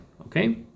okay